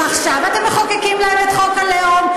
ועכשיו אתם מחוקקים להם את חוק הלאום,